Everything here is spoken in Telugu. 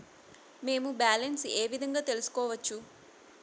మేము బ్యాలెన్స్ ఏ విధంగా తెలుసుకోవచ్చు?